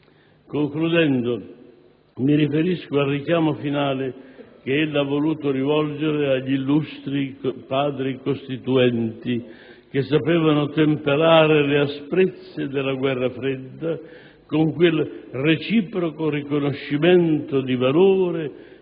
Concludendo, mi riferisco al richiamo finale che ella ha voluto rivolgere agli illustri Padri costituenti, che sapevano temperare le asprezze della guerrafredda con quel reciproco riconoscimento di valore